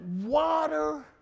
water